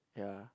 ya